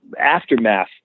aftermath